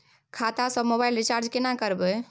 खाता स mobile recharge केना करबे?